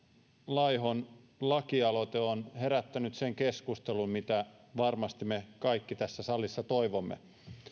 laihon lakialoite on herättänyt sen keskustelun mitä varmasti me kaikki tässä salissa toivomme